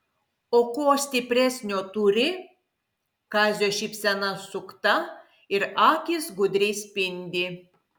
o ko stipresnio turi kazio šypsena sukta ir akys gudriai spindi